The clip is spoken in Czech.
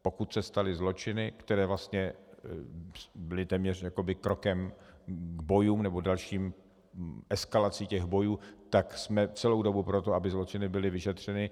Pokud se staly zločiny, které vlastně byly téměř krokem k bojům nebo k dalším eskalacím těch bojů, tak jsme celou dobu pro to, aby zločiny byly vyšetřeny.